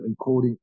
encoding